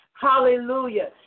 Hallelujah